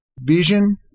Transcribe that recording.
vision